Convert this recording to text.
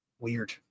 weird